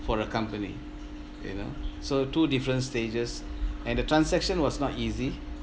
for a company you know so two different stages and the transaction was not easy